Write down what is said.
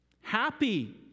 happy